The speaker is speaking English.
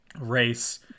race